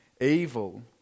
evil